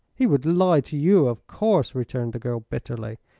he would lie to you, of course, returned the girl bitterly.